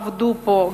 עבדו פה,